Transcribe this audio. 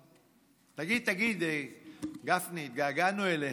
תגיד, תגיד, גפני, התגעגענו אליך.